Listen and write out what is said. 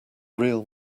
real